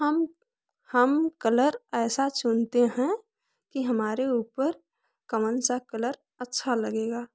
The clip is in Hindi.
हम हम कलर ऐसा चुनते हैं कि हमारे ऊपर कौन सा कलर अच्छा लगेगा